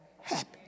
happy